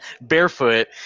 barefoot